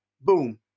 boom